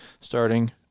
starting